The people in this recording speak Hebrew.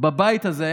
בבית הזה,